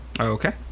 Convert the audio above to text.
Okay